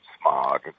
smog